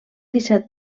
disset